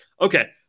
Okay